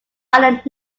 island